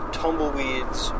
tumbleweeds